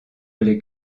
les